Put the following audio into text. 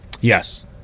Yes